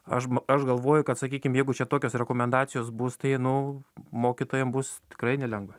aš aš galvoju kad sakykim jeigu čia tokios rekomendacijos bus tai nu mokytojam bus tikrai nelengva